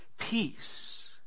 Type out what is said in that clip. Peace